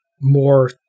more